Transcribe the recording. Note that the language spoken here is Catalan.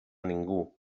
ningú